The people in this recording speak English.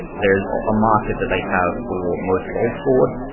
there's a market that they have for most goals scored.